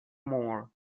more